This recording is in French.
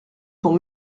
ton